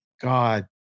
God